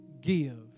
give